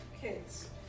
kids